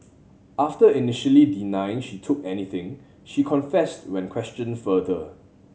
after initially denying she took anything she confessed when questioned further